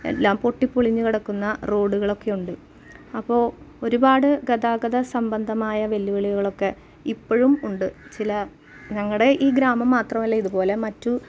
എല്ലാം പൊട്ടിപ്പൊളിഞ്ഞ് കിടക്കുന്ന റോഡുകളൊക്കെയുണ്ട് അപ്പോൾ ഒരുപാട് ഗതാഗത സംബന്ധമായ വെല്ലുവിളികളൊക്കെ ഇപ്പോഴും ഉണ്ട് ചില ഞങ്ങളുടെ ഈ ഗ്രാമം മാത്രമല്ല ഇതുപോലെ മറ്റു